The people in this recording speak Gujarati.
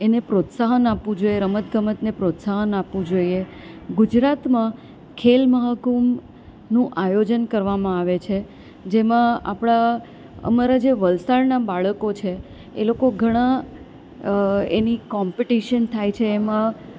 એને પ્રોત્સાહન આપવું જોઈએ રમતગમતને પ્રોત્સાહન આપવું જોઈએ ગુજરાતમાં ખેલ મહાકુંભનું આયોજન કરવામાં આવે છે જેમાં આપણા અમારા જે વલસાડનાં બાળકો છે એ લોકો ઘણાં એની કોમ્પિટિશન થાય છે એમાં